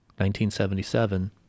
1977